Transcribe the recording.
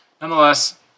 nonetheless